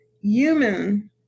human